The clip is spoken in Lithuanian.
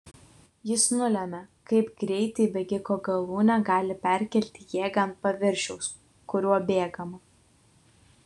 jis nulemia kaip greitai bėgiko galūnė gali perkelti jėgą ant paviršiaus kuriuo bėgama